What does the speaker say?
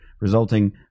resulting